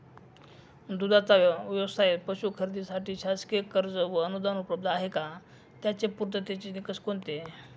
दूधाचा व्यवसायास पशू खरेदीसाठी शासकीय कर्ज व अनुदान उपलब्ध आहे का? त्याचे पूर्ततेचे निकष कोणते?